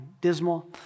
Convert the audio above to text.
dismal